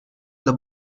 the